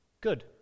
good